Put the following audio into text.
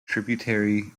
tributary